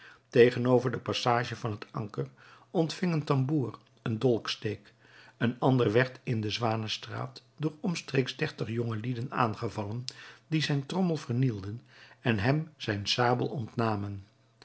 tegenover de passage van het anker ontving een tamboer een dolksteek een ander werd in de zwanenstraat door omstreeks dertig jongelieden aangevallen die zijn trommel vernielden en hem zijn sabel ontnamen